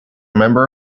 member